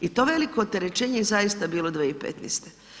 I to veliko terećenje je zaista bilo 2015.